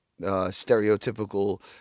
stereotypical